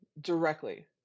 directly